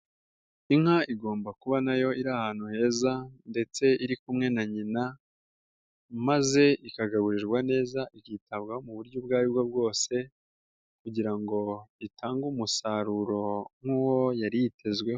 Inka igomba kuba nayo iri ahantu heza ndetse iri kumwe na nyina maze ikagaburirwa neza ikitabwaho mu buryo ubwo aribwo bwose kugira ngo itange umusaruro nk'uwo yari yitezweho.